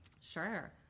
Sure